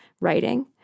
writing